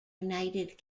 united